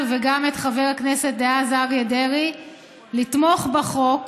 וגם את חבר הכנסת דאז אריה דרעי לתמוך בחוק,